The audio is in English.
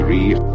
Three